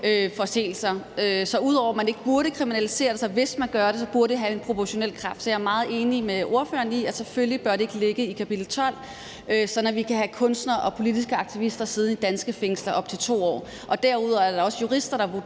forseelser. Så ud over at man ikke burde kriminalisere det, burde det, hvis man gør det, have en proportionel karakter. Så jeg meget enig med ordføreren i, at selvfølgelig bør det ikke ligge i kapitel 12, sådan at vi kan have kunstnere og politiske aktivister siddende i danske fængsler i op til 2 år. Og derudover er der også jurister, der vurderer,